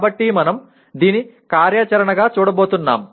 కాబట్టి మనం దీన్ని కార్యాచరణగా చూడబోతున్నాం